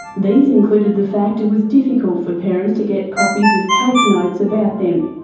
these included the fact it was difficult for parents to get copies of case notes about them,